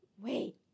Wait